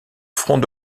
front